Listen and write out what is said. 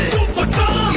Superstar